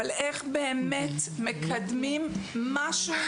אבל איך באמת מקדמים משהו?